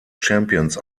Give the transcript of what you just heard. champions